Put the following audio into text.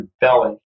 belly